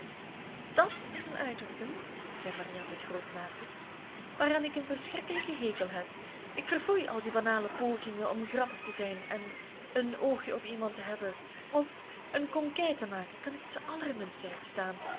dàt is een uitdrukking zei marianne met grooten nadruk waaraan ik een verschrikkelijken hekel heb ik verfoei al die banale pogingen om grappig te zijn en een oogje op iemand hebben of een conquête maken kan ik t allerminst uitstaan